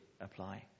apply